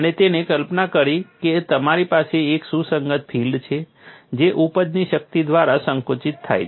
અને તેણે કલ્પના કરી કે તમારી પાસે એક સુસંગત ફિલ્ડ છે જે ઉપજની શક્તિ દ્વારા સંકુચિત થાય છે